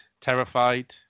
terrified